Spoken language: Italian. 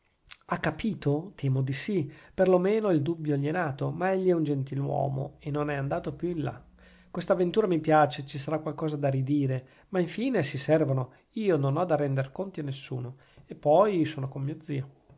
ha capito temo di sì per lo meno il dubbio gli è nato ma egli è un gentiluomo e non è andato più in là questa avventura mi piace ci sarà qualcosa da ridire ma infine si servano io non ho da render conti a nessuno e poi sono con mio zio